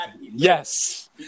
yes